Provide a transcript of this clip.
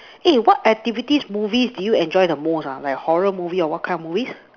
eh what activities movies do you enjoy the most like horror movie or what kind of movies